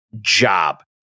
job